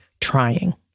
trying